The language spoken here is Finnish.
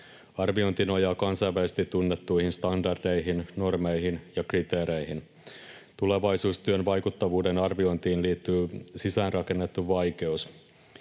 Arviointi nojaa kansainvälisesti tunnettuihin standardeihin, normeihin ja kriteereihin. Tulevaisuustyön vaikuttavuuden arviointiin liittyy sisäänrakennettu vaikeus: